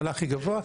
גבוהה,